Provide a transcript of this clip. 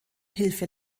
hilfe